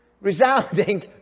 resounding